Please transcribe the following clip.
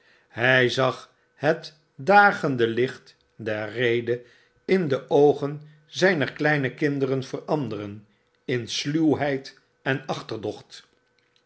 hy zag het dagende licht der rede in de oogen zyner kleine kinderen veranderen in sluwheid en achterdocht